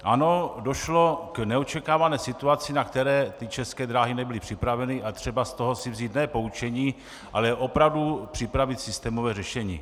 Ano, došlo k neočekávané situaci, na kterou České dráhy nebyly připraveny, a je třeba si z toho vzít ne poučení, ale opravdu připravit systémové řešení.